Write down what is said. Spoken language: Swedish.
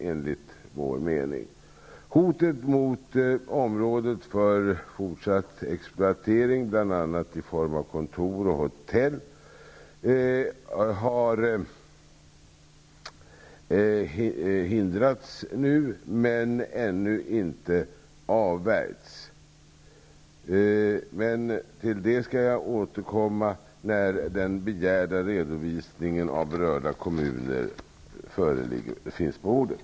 Hotet mot området när det gäller fortsatt exploatering, bl.a. i form av kontor och hotell, har nu hindrats men ännu inte avvärjts. Till det skall jag återkomma, när den begärda redovisningen av berörda kommuner finns på bordet.